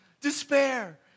despair